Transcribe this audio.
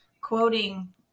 quoting